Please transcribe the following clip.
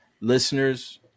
listeners